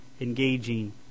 engaging